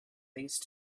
these